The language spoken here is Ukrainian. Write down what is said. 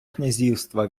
князівства